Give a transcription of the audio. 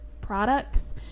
products